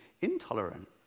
intolerant